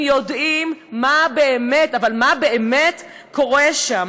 יודע, מה באמת, אבל מה באמת, קורה שם.